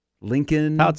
Lincoln